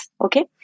okay